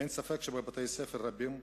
אין ספק שבבתי-ספר רבים,